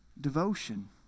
devotion